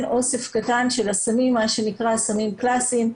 אוסף קטן של הסמים שנקראים "הסמים הקלאסיים",